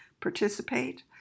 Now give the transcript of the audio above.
participate